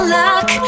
luck